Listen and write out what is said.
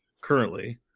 currently